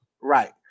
right